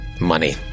Money